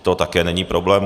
To taky není problém.